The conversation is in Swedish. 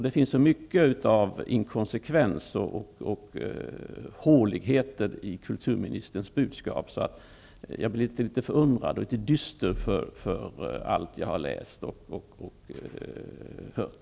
Det finns så mycket av inkonsekvens och håligheter i kulturministerns budskap att jag blir litet förundrad och dyster av allt jag har läst och hört.